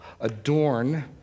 Adorn